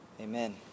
Amen